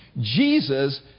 Jesus